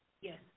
Yes